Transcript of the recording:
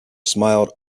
smiled